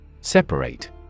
Separate